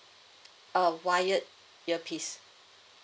uh wired earpiece